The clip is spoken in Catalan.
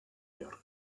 york